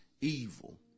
evil